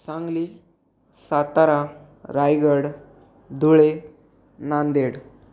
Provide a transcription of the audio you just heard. Sangli Satara Raigad Dhule Nanded